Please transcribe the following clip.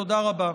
תודה רבה.